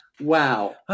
Wow